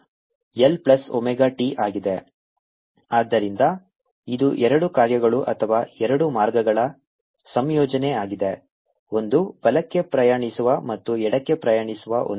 A2i ei πxLωt A2i ei πxLωt ಆದ್ದರಿಂದ ಇದು ಎರಡು ಕಾರ್ಯಗಳು ಅಥವಾ ಎರಡು ಮಾರ್ಗಗಳ ಸಂಯೋಜನೆಯಾಗಿದೆ ಒಂದು ಬಲಕ್ಕೆ ಪ್ರಯಾಣಿಸುವ ಮತ್ತು ಎಡಕ್ಕೆ ಪ್ರಯಾಣಿಸುವ ಒಂದು